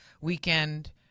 weekend